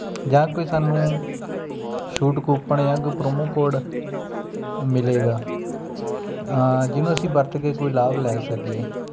ਜਾਂ ਕੋਈ ਸਾਨੂੰ ਛੂਟ ਕੁਪਨ ਜਾਂ ਕੋਈ ਪ੍ਰੋਮੋ ਕੋਡ ਮਿਲੇਗਾ ਜਿਹਨੂੰ ਅਸੀਂ ਵਰਤ ਕੇ ਕੋਈ ਲਾਭ ਲੈ ਸਕੀਏ